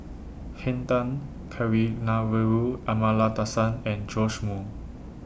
Henn Tan Kavignareru Amallathasan and Joash Moo